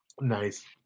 Nice